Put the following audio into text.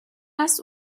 است